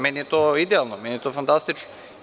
Meni je to idealno, meni je to fantastično.